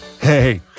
Hey